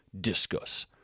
Discuss